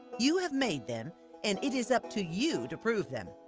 you have made them and it is up to you to prove them.